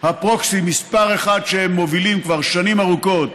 ה-proxy מספר אחת שהם מובילים כבר שנים ארוכות,